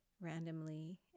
randomly